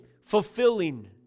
fulfilling